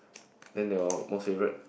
then your most favourite